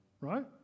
right